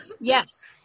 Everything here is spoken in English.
Yes